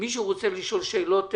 מישהו רוצה לשאול שאלות?